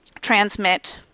transmit